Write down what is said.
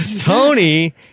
Tony